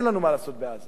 אין לנו מה לעשות בעזה.